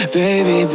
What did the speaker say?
baby